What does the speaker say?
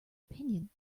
opinion